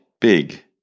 big